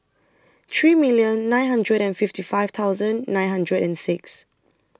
three million nine hundred and Fifth five thousand nine hundred and six